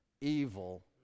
evil